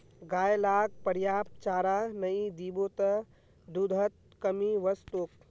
गाय लाक पर्याप्त चारा नइ दीबो त दूधत कमी वस तोक